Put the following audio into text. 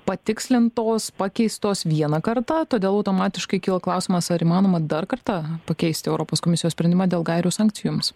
patikslintos pakeistos vieną kartą todėl automatiškai kyla klausimas ar įmanoma dar kartą pakeisti europos komisijos sprendimą dėl gairių sankcijoms